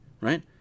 right